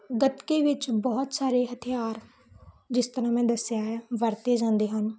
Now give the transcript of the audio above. ਗੱਤਕੇ ਵਿੱਚ ਬਹੁਤ ਸਾਰੇ ਹਥਿਆਰ ਜਿਸ ਤਰ੍ਹਾਂ ਮੈਂ ਦੱਸਿਆ ਹੈ ਵਰਤੇ ਜਾਂਦੇ ਹਨ